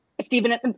Stephen